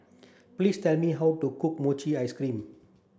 please tell me how to cook Mochi Ice Cream